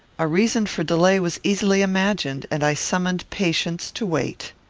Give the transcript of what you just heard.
a reason for delay was easily imagined, and i summoned patience to wait.